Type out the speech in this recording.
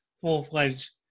full-fledged